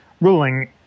ruling